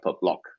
block